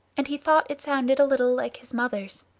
and he thought it sounded a little like his mother's.